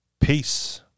Peace